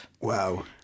Wow